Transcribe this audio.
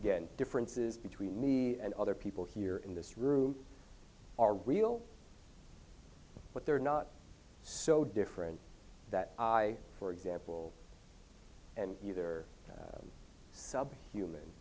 again differences between me and other people here in this room are real but they're not so different that i for example and either